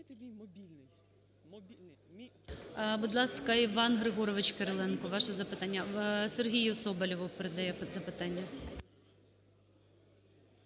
Будь ласка, Іван Григорович Кириленко, ваше запитання. Сергію Соболєву передає запитання.